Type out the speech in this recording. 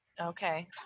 Okay